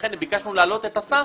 לכן ביקשנו להעלות את הסף